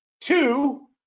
two